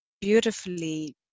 beautifully